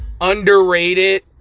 underrated